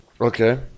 okay